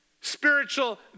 spiritual